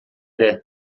ere